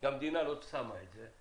המדינה לא פרסה את זה,